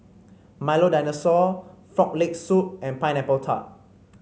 Milo Dinosaur Frog Leg Soup and Pineapple Tart